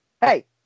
hey